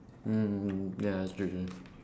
mm ya it's true true